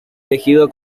elegido